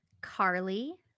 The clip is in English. Carly